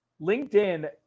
LinkedIn